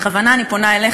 בכוונה אני פונה אליך,